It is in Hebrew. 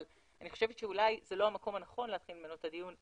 אבל אני חושבת שאולי זה לא המקום הנכון להתחיל ממנו את הדיון.